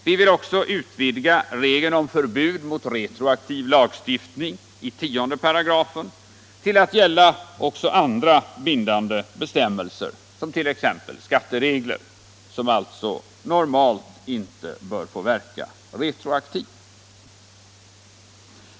Vi vill också utvidga regeln om förbud mot retroaktiv lagstiftning i 10§ till att gälla även andra bindande bestämmelser, t.ex. skatteregler, som alltså normalt inte bör få verka retroaktivt.